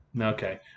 Okay